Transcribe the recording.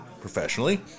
professionally